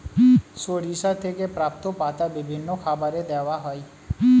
সরিষা থেকে প্রাপ্ত পাতা বিভিন্ন খাবারে দেওয়া হয়